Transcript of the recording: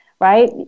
right